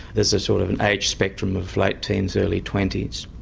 there's a sort of an age spectrum of late teens, early twenties.